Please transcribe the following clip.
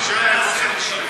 שיעור "שולחן ערוך", שב,